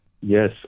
Yes